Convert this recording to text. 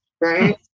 right